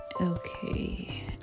okay